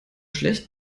schlecht